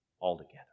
altogether